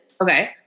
Okay